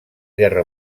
guerra